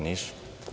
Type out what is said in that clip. Nisu.